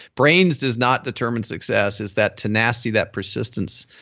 brains does not determine success, it's that tenacity, that persistence.